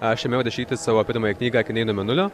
aš ėmiau rašyti savo pirmąją knygą akiniai nuo mėnulio